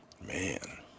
man